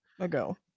ago